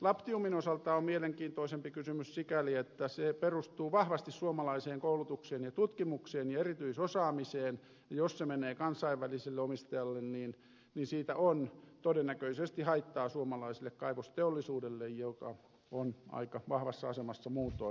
labtiumin osalta se on mielenkiintoisempi kysymys sikäli että se perustuu vahvasti suomalaiseen koulutukseen ja tutkimukseen ja erityisosaamiseen ja jos se menee kansainväliselle omistajalle siitä on todennäköisesti haittaa suomalaiselle kaivosteollisuudelle joka on aika vahvassa asemassa muutoin